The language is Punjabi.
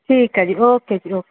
ਠੀਕ ਹੈ ਜੀ ਓਕੇ ਜੀ ਓਕੇ